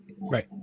Right